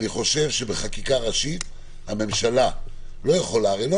שבחקיקה ראשית הממשלה לא יכולה הרי לא